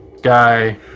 guy